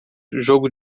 jogo